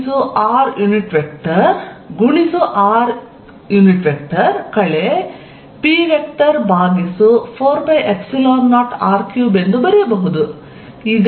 rr ಕಳೆ p ಭಾಗಿಸು 4π0r3 ಎಂದು ಬರೆಯಬಹುದು